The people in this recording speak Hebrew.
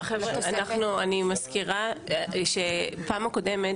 אני מזכירה שבפעם הקודמת,